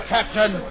Captain